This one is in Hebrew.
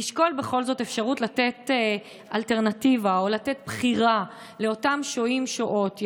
לתת אלטרנטיבה או בחירה לאותם שוהים ושוהות,